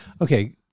Okay